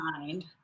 mind